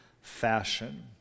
fashion